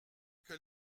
que